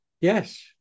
Yes